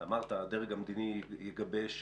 אמרת שהדרג המדיני יגבש.